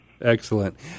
excellent